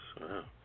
Wow